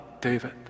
David